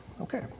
Okay